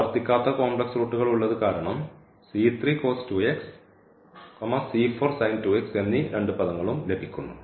ആവർത്തിക്കാത്ത complex റൂട്ടുകൾ ഉള്ളത് കാരണം എന്നീ രണ്ട് പദങ്ങളും ലഭിക്കുന്നു